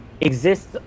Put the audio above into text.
exists